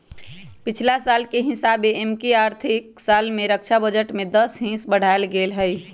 पछिला साल के हिसाबे एमकि आर्थिक साल में रक्षा बजट में दस हिस बढ़ायल गेल हइ